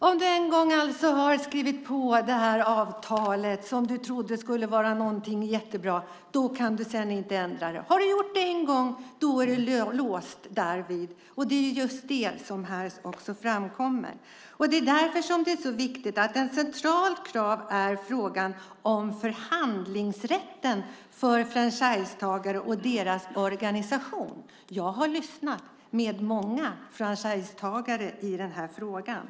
Herr talman! Om man en gång har skrivit på det här avtalet som man trodde skulle vara jättebra kan man inte ändra sig. Har man gjort det en gång är man låst därvid. Det är just det som framkommer här. Det är därför som det är så viktigt med ett centralt krav på förhandlingsrätten för franchisetagare och deras organisation. Jag har lyssnat på många franchisetagare i den här frågan.